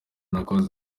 nakoze